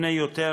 לפני יותר